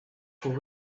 for